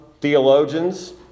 theologians